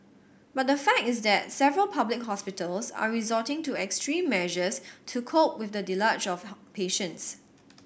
but the fact is that several public hospitals are resorting to extreme measures to cope with the deluge of patients